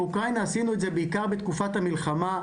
מאוקראינה עשינו את זה בעיקר בתקופת המלחמה,